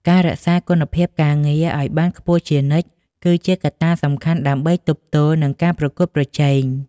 ការរក្សាគុណភាពការងារឱ្យបានខ្ពស់ជានិច្ចគឺជាកត្តាសំខាន់ដើម្បីទប់ទល់នឹងការប្រកួតប្រជែង។